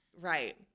Right